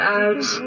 out